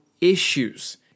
issues